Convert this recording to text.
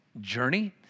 journey